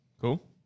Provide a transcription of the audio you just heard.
Cool